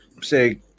say